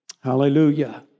Hallelujah